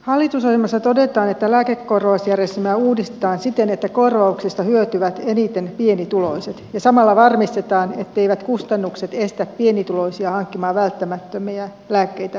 hallitusohjelmassa todetaan että lääkekorvausjärjestelmää uudistetaan siten että korvauksista hyötyvät eniten pienituloiset ja samalla varmistetaan etteivät kustannukset estä pienituloisia hankkimasta välttämättömiä lääkkeitä ja hoitoa